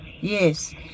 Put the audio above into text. yes